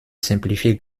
simplifier